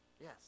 Yes